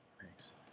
Thanks